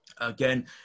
Again